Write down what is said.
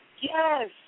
Yes